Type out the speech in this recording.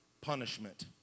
punishment